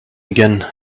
again